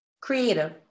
Creative